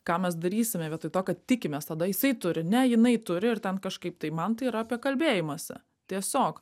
ką mes darysime vietoj to kad tikimės tada jisai turi ne jinai turi ir ten kažkaip tai man tai yra apie kalbėjimąsi tiesiog